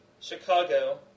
Chicago